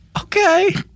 Okay